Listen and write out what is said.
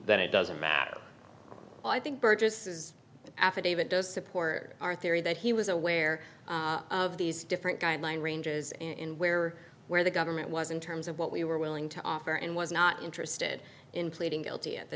that it doesn't matter i think burgess affidavit does support our theory that he was aware of these different guideline ranges in where where the government was in terms of what we were willing to offer and was not interested in pleading guilty at the